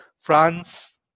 France